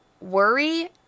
worry